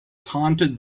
taunted